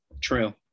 True